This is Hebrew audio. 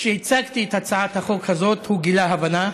כשהצגתי את הצעת החוק הזאת הוא גילה הבנה.